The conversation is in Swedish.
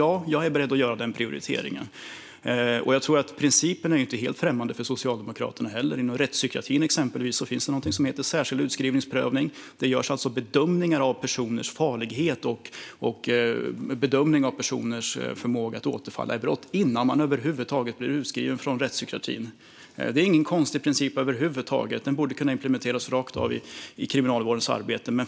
Ja, jag är beredd att göra den prioriteringen. Denna princip är inte helt främmande för Socialdemokraterna heller. Inom exempelvis rättspsykiatrin finns det något som heter särskild utskrivningsprövning. Det görs alltså bedömningar av en persons farlighet och förmåga att återfalla i brott innan denne blir utskriven från rättspsykiatrin. Det är ingen konstig princip över huvud taget, utan den borde kunna implementeras rakt av i kriminalvårdens arbete.